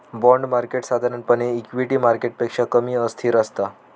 bond market साधारणपणे equity मार्केटपेक्षा कमी अस्थिर असता